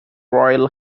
royal